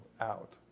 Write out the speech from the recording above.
out